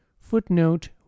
footnote